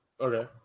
Okay